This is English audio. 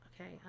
Okay